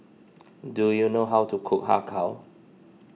do you know how to cook Har Kow